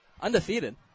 undefeated